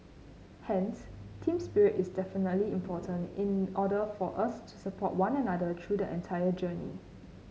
hence team spirit is definitely important in order for us to support one another through the entire journey